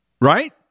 right